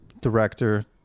Director